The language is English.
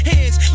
Hands